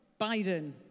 Biden